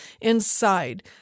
inside